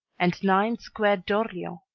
and nine square d'orleans,